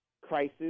crisis